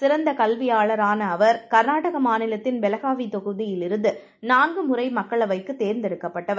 சிறந்தகல்வியாளரானஅவர் கர்நாடகமாநிலத்தின்பெலாகவிதொகுதியில்இருந்துநா ன்குமுறைமக்களவைக்குத்தேர்ந்தெடுக்கப்பட்டவர்